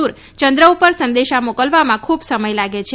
દૂર ચંદ્ર ઉપર સંદેશા મોકલવામાં ખૂબ સમય લાગે છે